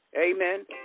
Amen